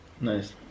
Nice